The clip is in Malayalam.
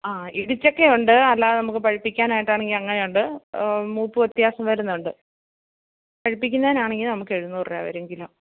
ആ ഇടിച്ചക്കയുണ്ട് അല്ലാതെ നമുക്ക് പഴുപ്പിക്കാനായിട്ടാണെങ്കിൽ അങ്ങനെയുണ്ട് മൂപ്പ് വ്യത്യാസം വരുന്നുണ്ട് പഴുപ്പിക്കുന്നതിനാണെങ്കിൽ നമുക്ക് എഴുന്നൂറ് രൂപ വരും കിലോ